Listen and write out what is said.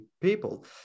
people